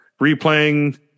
replaying